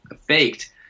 faked